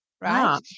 Right